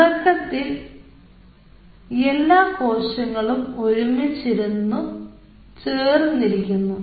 തുടക്കത്തിൽ എല്ലാ കോശങ്ങളും ഒരുമിച്ചിരുന്നു ചേർന്നിരിക്കുന്നു